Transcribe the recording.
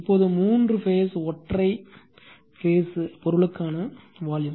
இப்போது மூன்று பேஸ் ஒற்றை பேஸ் பொருளுக்கான வால்யும்